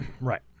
Right